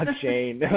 Shane